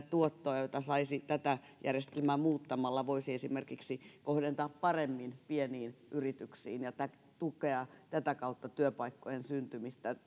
tuottoa jota saisi tätä järjestelmää muuttamalla voisi esimerkiksi kohdentaa paremmin pieniin yrityksiin ja tätä kautta tukea työpaikkojen syntymistä